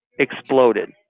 exploded